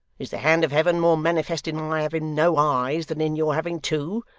is the hand of heaven more manifest in my having no eyes, than in your having two?